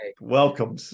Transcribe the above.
Welcome